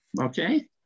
Okay